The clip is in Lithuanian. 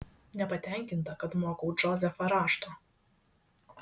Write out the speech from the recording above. nepatenkinta kad mokau džozefą rašto